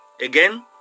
Again